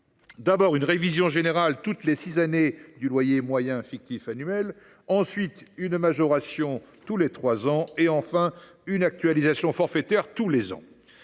d’abord, une « révision générale toutes les six années du loyer moyen fictif annuel »; ensuite, une « majoration tous les trois ans »; enfin, une « actualisation forfaitaire tous les ans